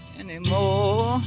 anymore